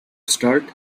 start